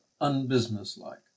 unbusinesslike